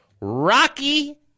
Rocky